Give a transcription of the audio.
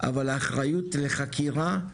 אבל האחריות לחקירה,